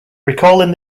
recalling